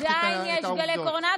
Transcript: עדיין יש גלי קורונה.